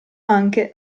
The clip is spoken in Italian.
anche